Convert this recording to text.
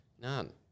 None